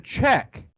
check